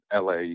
la